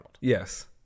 Yes